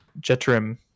Jetrim